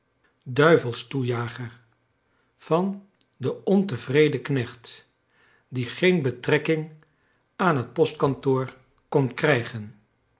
duivelstoejager van den ontevreden knecht die geen betrekking aan het postkantoor kon krijgen